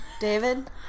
David